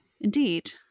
Indeed